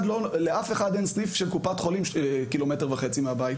לאף אחד אין סניף של קופת חולים 1.5 ק"מ מהבית.